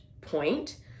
point